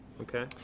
Okay